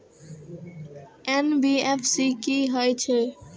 NBFC की हे छे?